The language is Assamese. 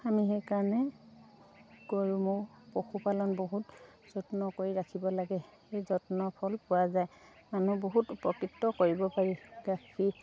আমি সেইকাৰণে গৰু ম'হ পশুপালন বহুত যত্ন কৰি ৰাখিব লাগে সেই যত্নৰ ফল পোৱা যায় মানুহ বহুত উপকৃত কৰিব পাৰি গাখীৰ